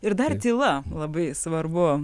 ir dar tyla labai svarbu